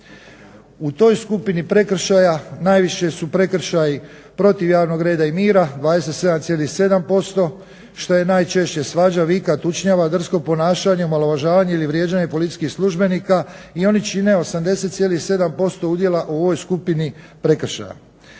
U toj skupini prekršaja najviše su prekršaji protiv javnog reda i mira 27,7% što je najčešće svađa, vika, tučnjava, drsko ponašanje, omalovažavanje ili vrijeđanje policijskih službenika i oni čine 80,7% udjela u ovoj skupini prekršaja.